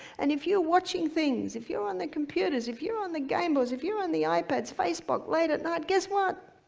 and if you're watching things, if you're on the computers, if you're on the game boys, if you're on the ipads, facebook late at night guess what?